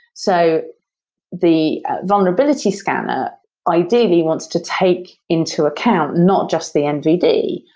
so the vulnerability scanner ideally wants to take into account not just the nvd,